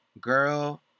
girl